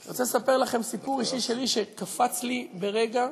אני רוצה לספר לכם סיפור אישי שלי, שקפץ לי ברגע,